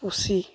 ᱯᱩᱥᱤ